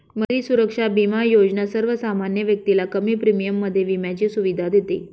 मंत्री सुरक्षा बिमा योजना सर्वसामान्य व्यक्तीला कमी प्रीमियम मध्ये विम्याची सुविधा देते